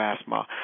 asthma